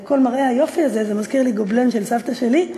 כל מראה היופי הזה מזכיר לי גובלן של סבתא שלי,